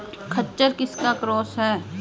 खच्चर किसका क्रास है?